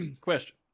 question